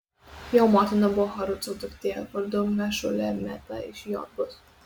jo motina buvo haruco duktė vardu mešulemeta iš jotbos